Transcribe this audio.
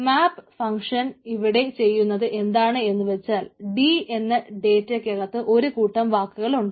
മാപ്പ് function ഇവിടെ ചെയ്യുന്നത് എന്താണെന്ന് വെച്ചാൽ D എന്ന ഡേറ്റക്കകത്ത് ഒരു കൂട്ടം വാക്കുകൾ ഉണ്ട്